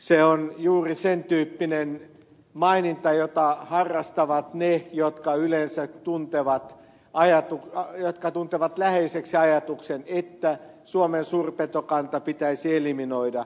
se on juuri sen tyyppinen maininta jota harrastavat ne jotka yleensä tuntevat läheiseksi ajatuksen että suomen suurpetokanta pitäisi eliminoida